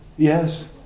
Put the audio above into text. Yes